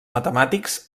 matemàtics